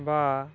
ବା